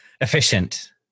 Efficient